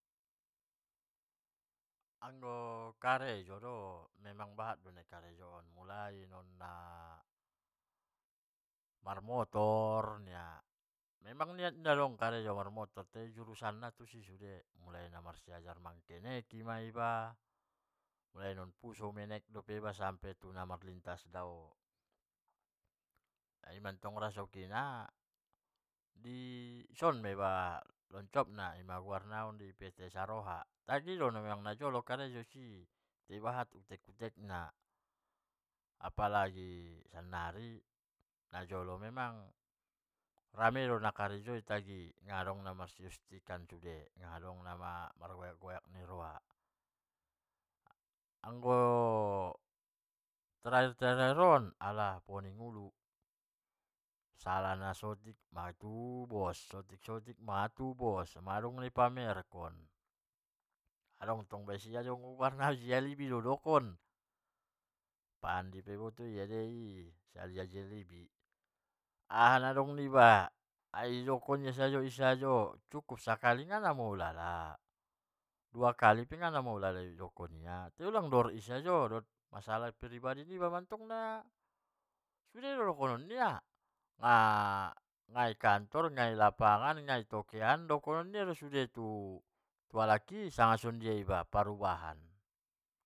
Anggo karejo do memang bahat do karejo, apalagi karejo marmotor ninna. memang iat inda dong karejo marmotor, tai jurusannna tusi sude, mulai marssiajar mengkenek i ma iba. marmotor fuso ma iba mulai sian na menek sampe dao, in mantong rasoki na in ma ison a iba mnetok na, in ma guarna saroha, tagi do emang najolo karejo isi tai bahat intek-intek na, apalai sannari, najolo memang rame do na karejo i, nadong namar hust-hust an sude nadong namar goyak ni roha, anggo terakhir-terakhir on. alah mabon ulu, salah saotik matu bos, matu bos adong ma nadi pamerkon, adong tong baya disi marnihajibi dokon, batu pe bto ia doi, aha naadong niba jalajali ia i, aha na adong nia, aha dokkon ia in sajo ma dokkon ia i. cukup sakali nangnamua ulala dua kali pe nangnamua ulala, tai ulang dor i sajo dohot maslah pribadi niba mantong sude do nai dongkonon nia, nai kantor nai lapangan nai toke an dongkonon nia do sude tu halak i sanga songon dia iba parubahan.